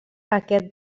aquest